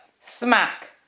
smack